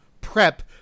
prep